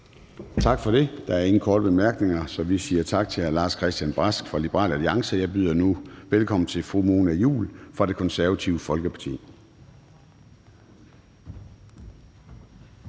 Tak for det. Der er ingen korte bemærkninger. Vi siger tak til hr. Lars-Christian Brask fra Liberal Alliance. Jeg byder nu velkommen til fru Mona Juul fra Det Konservative Folkeparti.